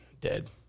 dead